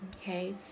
Okay